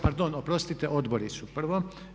Pardon, oprostite odbori su prvo.